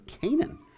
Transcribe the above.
Canaan